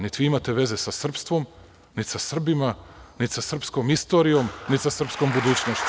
Niti vi imate veze sa srpstvom, niti sa Srbima, niti sa srpskom istorijom, niti sa srpskom budućnošću.